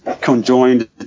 conjoined